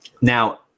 Now